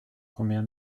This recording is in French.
combien